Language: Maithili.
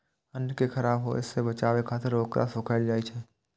अन्न कें खराब होय सं बचाबै खातिर ओकरा सुखायल जाइ छै